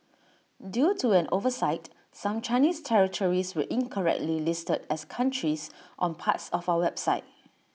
due to an oversight some Chinese territories were incorrectly listed as countries on parts of our website